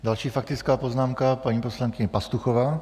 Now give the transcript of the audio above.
Další faktická poznámka, paní poslankyně Pastuchová.